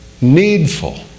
Needful